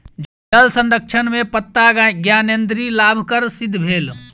जल संरक्षण में पत्ता ज्ञानेंद्री लाभकर सिद्ध भेल